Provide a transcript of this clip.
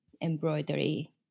embroidery